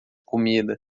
comida